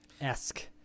esque